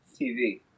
TV